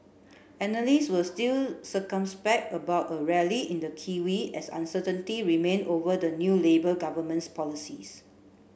analysts were still circumspect about a rally in the kiwi as uncertainty remained over the new Labour government's policies